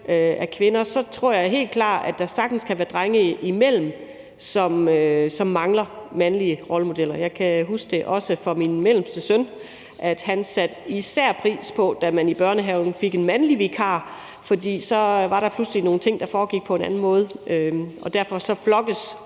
er kvinder, så kan der sagtens være drenge, som mangler mandlige rollemodeller. Jeg kan huske det fra min mellemste søn, som satte pris på det, da de i børnehaven fik en mandlig vikar, for så var der pludselig nogle ting, der foregik på en anden måde, og derfor flokkedes